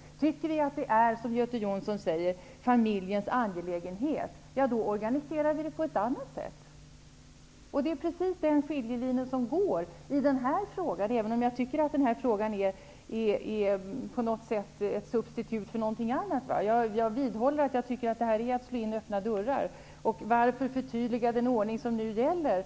Om vi tycker att det är, som Göte Jonsson säger, familjens angelägenhet organiserar vi det på ett annat sätt. Det är precis den skiljelinjen som finns i den här frågan, även om jag tycker att den är ett substitut för något annat. Jag vidhåller att det här är att slå in öppna dörrar. Varför förtydliga den ordning som nu gäller,